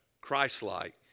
Christ-like